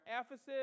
Ephesus